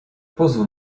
pozwól